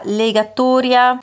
legatoria